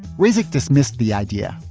razik dismissed the idea.